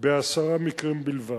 בעשרה מקרים בלבד,